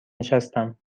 نشستم